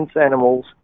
Animals